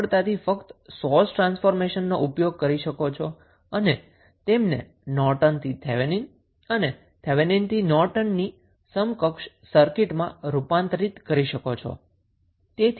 તમે સરળતાથી ફક્ત સોર્સ ટ્રાન્સફોર્મેશનનો ઉપયોગ કરી શકો છો અને તેમને નોર્ટનથી થેવેનિન અને થેવેનિન થી નોર્ટન ની સમકક્ષ સર્કિટમાં રૂપાંતરિત કરી શકો છો